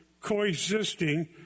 coexisting